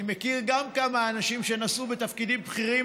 גם אני מכיר כמה אנשים שנשאו בתפקידים בכירים